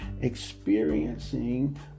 experiencing